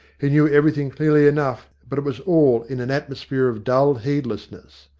he knew everything clearly enough, but it was all in an atmosphere of dull heedlessness.